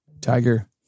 Tiger